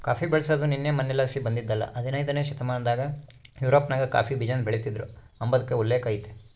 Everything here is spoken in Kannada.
ಕಾಫಿ ಬೆಳ್ಸಾದು ನಿನ್ನೆ ಮನ್ನೆಲಾಸಿ ಬಂದಿದ್ದಲ್ಲ ಹದನೈದ್ನೆ ಶತಮಾನದಾಗ ಯುರೋಪ್ನಾಗ ಕಾಫಿ ಬೀಜಾನ ಬೆಳಿತೀದ್ರು ಅಂಬಾದ್ಕ ಉಲ್ಲೇಕ ಐತೆ